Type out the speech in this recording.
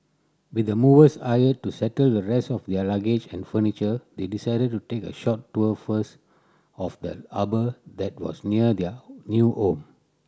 with the movers hired to settle the rest of their luggage and furniture they decided to take a short tour first of the harbour that was near their new home